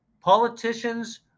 politicians